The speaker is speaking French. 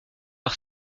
par